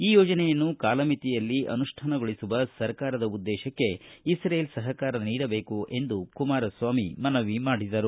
ಈ ಯೋಜನೆಯನ್ನು ಕಾಲಮಿತಿಯಲ್ಲಿ ಅನುಷ್ಠಾನಗೊಳಿಸುವ ಸರ್ಕಾರದ ಉದ್ಲೇಶಕ್ಕೆ ಇದ್ರೇಲ್ ಸಹಕಾರ ನೀಡಬೇಕು ಎಂದು ಮನವಿ ಮಾಡಿದರು